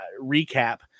recap